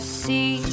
see